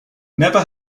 never